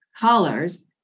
colors